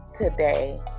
today